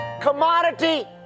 commodity